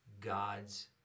God's